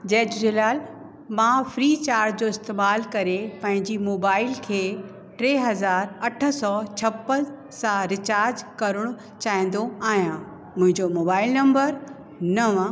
जय झूलेलाल मां फ्रीचार्ज जो इस्तेमाल करे पंहिंजी मोबाइल खे टे हज़ार अठ सौ छपन सां रिचार्ज करणु चाहींदो आहियां मुंहिंजो मोबाइल नंबर नव